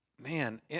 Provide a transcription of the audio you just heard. man